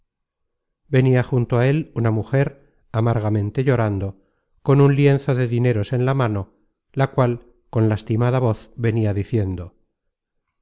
venia junto a él una mujer amargamente llorando con un lienzo de dineros en la mano la cual con lastimada voz venia diciendo